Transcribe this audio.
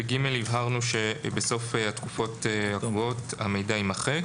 בסעיף (ג) הבהרנו שבסוף התקופות הקבועות המידע יימחק.